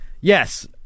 yes